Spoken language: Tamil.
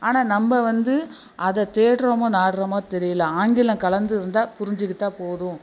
ஆனால் நம்ம வந்து அதை தேடுறோமோ நாடுறோமோ தெரியல ஆங்கிலம் கலந்து இருந்தால் புரிஞ்சிக்கிட்டால் போதும்